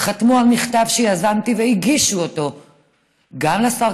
חתמו על מכתב שיזמתי והגישו אותו גם לשר